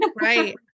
Right